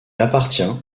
appartient